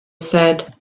said